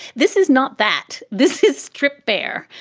this is not that this is stripped bare.